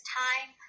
time